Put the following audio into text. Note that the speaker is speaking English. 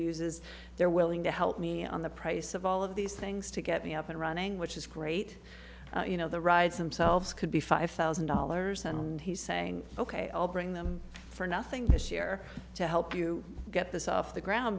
uses they're willing to help me on the price of all of these things to get me up and running which is great you know the rides themselves could be five thousand dollars and he's saying ok i'll bring them for nothing this year to help you get this off the ground